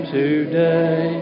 today